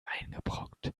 eingebrockt